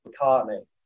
McCartney